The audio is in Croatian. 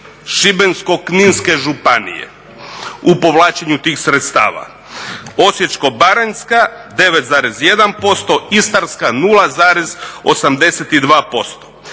Šibensko-kninske županije u povlačenju tih sredstava. Osječko-baranjska 9,1%, Istarska 0,82%.